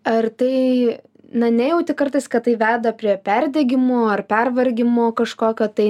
ar tai na nejauti kartais kad tai veda prie perdegimo ar pervargimo kažkokio tai